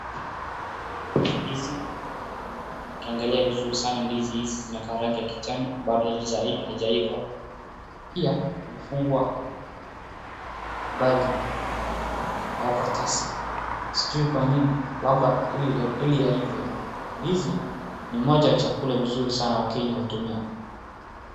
Hapa naona ndizi, nikiangalia vizuri sana ndizi hizi zinakaa rangi ya kijani bado haijaiva. Pia imefungwa na begi au karatasi sijui kwa nini labda ili yaive. Ndizi ni moja ya chakula vizuri sana wakenya hutumia.